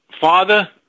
Father